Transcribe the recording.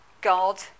God